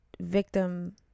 victim